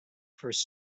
first